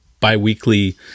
biweekly